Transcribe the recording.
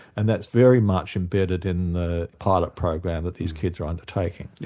and that's very much embedded in the pilot program that these kids are undertaking. yeah